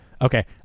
okay